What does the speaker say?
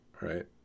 right